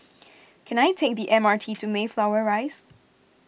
can I take the M R T to Mayflower Rise